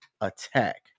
attack